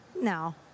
No